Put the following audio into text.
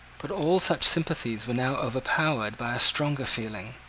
but all such sympathies were now overpowered by a stronger feeling.